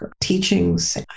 teachings